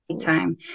time